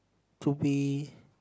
to be